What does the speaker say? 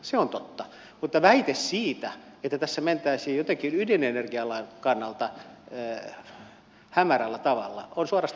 se on totta mutta väite siitä että tässä mentäisiin jotenkin ydinenergialain kannalta hämärällä tavalla on suorastaan loukkaava